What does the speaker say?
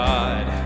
God